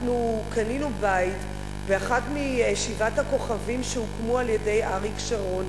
אנחנו קנינו בית באחד משבעת הכוכבים שהוקמו על-ידי אריק שרון,